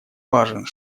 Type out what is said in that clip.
важен